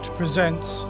presents